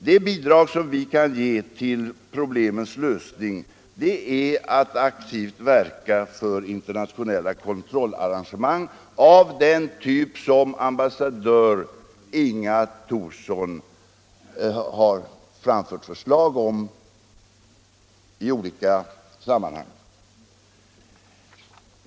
Det bidrag som vi kan ge till problemens lösning är att aktivt verka för internationella kontrollarrangemang av den typ som ambassadör Inga Thorsson har framfört förslag om i olika sammanhang.